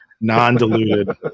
Non-diluted